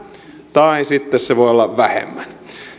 tai sitten se voi olla vähemmän